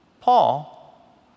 Paul